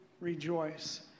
rejoice